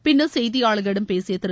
பின்னர் செய்தியாளர்களிடம் பேசிய திரு